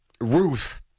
Ruth